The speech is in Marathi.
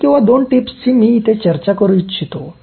एक किंवा दोन टिप्सची मी इथे चर्चा करू इच्छितो